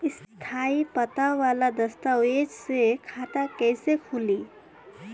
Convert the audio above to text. स्थायी पता वाला दस्तावेज़ से खाता कैसे खुली?